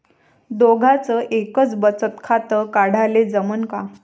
दोघाच एकच बचत खातं काढाले जमनं का?